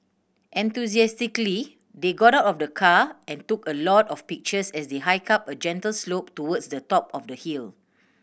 enthusiastically they got out of the car and took a lot of pictures as they hiked up a gentle slope towards the top of the hill